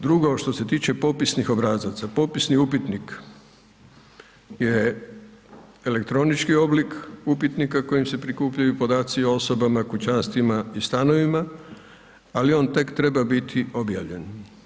Drugo što se tiče popisnih obrazaca, popisni upitnik je elektronični oblik upitnika kojim se prikupljuju podaci o osobama, kućanstvima i stanovima, ali on tek treba biti objavljen.